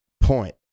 point